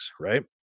Right